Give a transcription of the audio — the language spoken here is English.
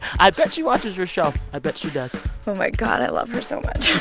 i bet she watches your show. i bet she does oh, my god. i love her so much.